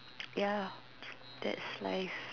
ya that's life